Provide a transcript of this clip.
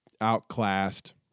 outclassed